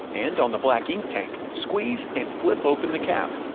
and on the black ink tank, squeeze and flip open the cap.